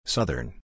Southern